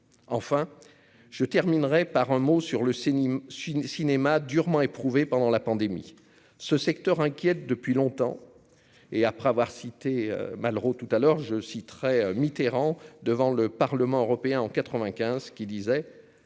enfin, je terminerai par un mot sur le Scénique Chine cinéma durement éprouvée pendant la pandémie ce secteur inquiète depuis longtemps et, après avoir cité Malraux tout à l'heure, je citerai Mitterrand devant le Parlement européen en 95 qui disait